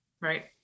right